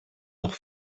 noch